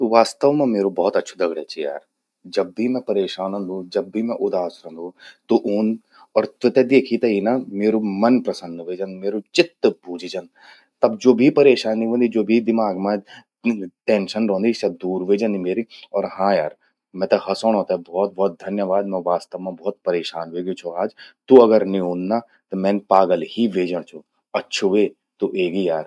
तू वास्तव मां म्येरु भौत अच्छु दगड्या चि यार। जब भी मैं परेशान रौंदु, जब भी उदास रौंदु, तु ऊंद अर त्वेते द्येखी ते ही ना म्येरु मन प्रसन्न व्हे जंद। म्येरु चित्त बूझि जंद। तब ज्वो भी परेशा व्हंदि, ज्वो भि दिमाग मां टेंशन रौंदि, दूर व्हे जंदि म्येरि। और हां यार मेते हंसौणों ते भौत भौत धन्यवाद। मैं वास्तव मां भौत परेशान व्हेग्यूमं छो। आज तु अगर नी ऊंद ना मैं पगल ही व्हे जंद। अच्छु व्हे तु एगि यार।